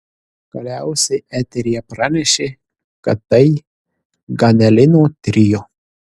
galiausiai eteryje pranešė kad tai ganelino trio